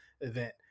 event